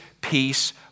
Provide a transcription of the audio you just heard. peace